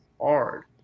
hard